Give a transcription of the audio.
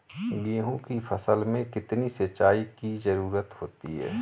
गेहूँ की फसल में कितनी सिंचाई की जरूरत होती है?